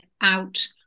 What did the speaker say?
out